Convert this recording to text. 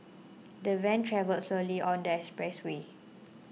the van travelled slowly on the expressway